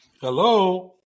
Hello